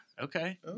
Okay